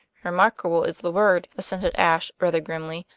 remarkable is the word, assented ashe rather grimly.